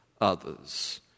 others